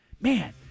Man